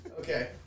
Okay